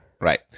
Right